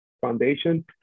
foundation